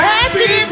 Happy